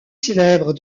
célèbre